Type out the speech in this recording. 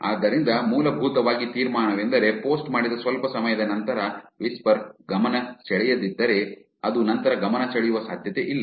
ಆದ್ದರಿಂದ ಮೂಲಭೂತವಾಗಿ ತೀರ್ಮಾನವೆಂದರೆ ಪೋಸ್ಟ್ ಮಾಡಿದ ಸ್ವಲ್ಪ ಸಮಯದ ನಂತರ ವಿಸ್ಪರ್ ಗಮನ ಸೆಳೆಯದಿದ್ದರೆ ಅದು ನಂತರ ಗಮನ ಸೆಳೆಯುವ ಸಾಧ್ಯತೆಯಿಲ್ಲ